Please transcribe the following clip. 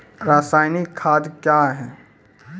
रसायनिक खाद कया हैं?